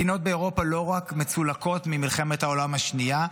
מדינות באירופה לא רק מצולקות ממלחמת העולם השנייה,